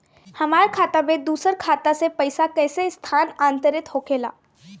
हमार खाता में दूसर खाता से पइसा कइसे स्थानांतरित होखे ला?